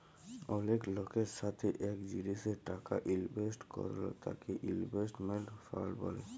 অলেক লকের সাথে এক জিলিসে টাকা ইলভেস্ট করল তাকে ইনভেস্টমেন্ট ফান্ড ব্যলে